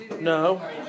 No